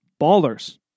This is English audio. Ballers